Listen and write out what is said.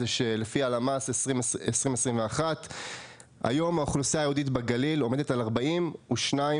שלפי הלמ"ס 2020-2021 היום האוכלוסייה היהודית בגליל עומדת על 42.5%,